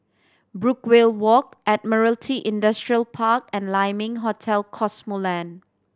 Brookvale Walk Admiralty Industrial Park and Lai Ming Hotel Cosmoland